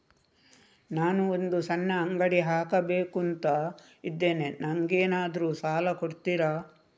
ನಾನು ಒಂದು ಸಣ್ಣ ಅಂಗಡಿ ಹಾಕಬೇಕುಂತ ಇದ್ದೇನೆ ನಂಗೇನಾದ್ರು ಸಾಲ ಕೊಡ್ತೀರಾ?